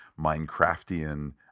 Minecraftian